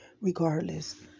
regardless